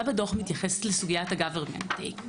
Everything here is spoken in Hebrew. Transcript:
אתה מתייחס בדוח לסוגיית ה- government take.